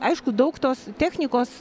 aišku daug tos technikos